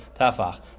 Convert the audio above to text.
Tafach